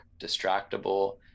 distractible